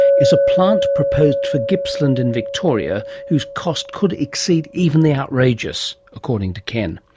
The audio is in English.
is a plant proposed for gippsland in victoria, whose cost could exceed even the outrageous, according to ken.